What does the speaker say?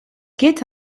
geht